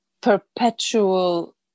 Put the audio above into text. Perpetual